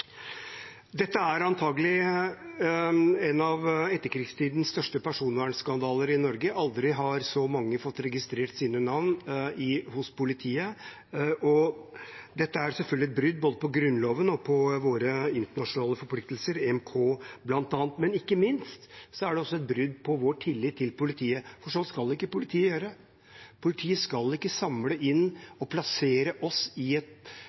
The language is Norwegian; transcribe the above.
Dette er antakelig en av etterkrigstidens største personvernskandaler i Norge. Aldri har så mange fått registrert sitt navn hos politiet. Det er selvfølgelig et brudd på både Grunnloven og våre internasjonale forpliktelser, EMK bl.a., men ikke minst er det et brudd på vår tillit til politiet, for sånn skal ikke politiet gjøre. Politiet skal ikke samle inn den type informasjon og plassere oss i et